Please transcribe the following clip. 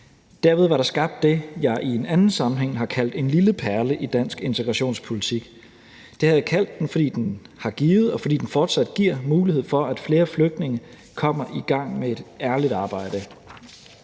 Derved var der skabt det, som jeg i en anden sammenhæng har kaldt en lille perle i dansk integrationspolitik. Det har jeg kaldt den, fordi den har givet og fordi den fortsat giver mulighed for, at flere flygtninge kommer i gang med et ærligt arbejde.